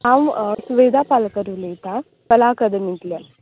हांव सुवेदा पालकर उलयतां कला अकादमिंतल्यान